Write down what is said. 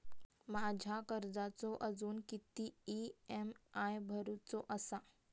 माझ्या कर्जाचो अजून किती ई.एम.आय भरूचो असा?